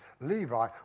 Levi